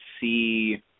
see